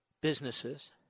businesses